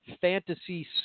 fantasy